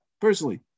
Personally